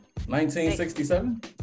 1967